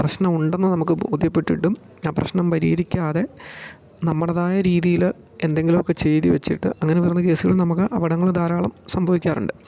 പ്രശ്നം ഉണ്ടെന്ന് നമുക്ക് ബോധ്യപ്പെട്ടിട്ടും ആ പ്രശ്നം പരിഹരിക്കാതെ നമ്മുടേതായ രീതിയിൽ എന്തെങ്കിലുമൊക്കെ ചെയ്തു വച്ചിട്ട് അങ്ങനെ വരുന്ന കേസുകൾ നമുക്ക് അപടങ്ങൾ ധാരാളം സംഭവിക്കാറുണ്ട്